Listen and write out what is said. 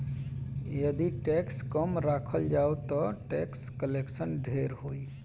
यदि टैक्स कम राखल जाओ ता टैक्स कलेक्शन ढेर होई